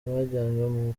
bajyanywe